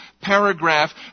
Paragraph